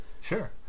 Sure